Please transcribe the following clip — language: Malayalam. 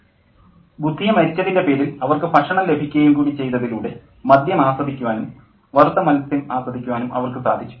പ്രൊഫസ്സർ ബുധിയ മരിച്ചതിൻ്റെ പേരിൽ അവർക്ക് പണം ലഭിക്കുകയും കൂടി ചെയ്യുന്നതിലൂടെ മദ്യം ആസ്വദിക്കാനും വറുത്ത മത്സ്യം ആസ്വദിക്കാനും അവർക്ക് സാധിച്ചു